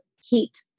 heat